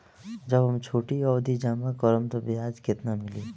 जब हम छोटी अवधि जमा करम त ब्याज केतना मिली?